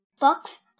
box